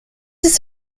its